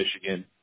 Michigan